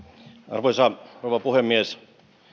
arvoisa rouva puhemies suomen verojärjestelmä pyritään rakentamaan